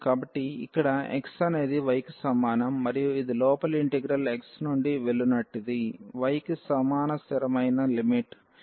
కాబట్టి ఇక్కడ x అనేది y కి సమానం మరియు ఇది లోపలి ఇంటిగ్రల్ x నుండి వెల్లునట్టిది y కి సమాన స్థిరమైన లిమిట్ a